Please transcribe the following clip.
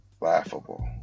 Laughable